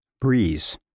Breeze